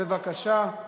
בבקשה.